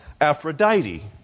Aphrodite